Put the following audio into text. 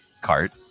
cart